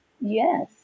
Yes